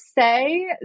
say